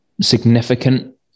significant